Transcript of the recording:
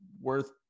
worth